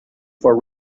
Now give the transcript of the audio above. for